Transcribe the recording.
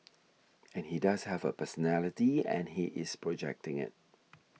and he does have a personality and he is projecting it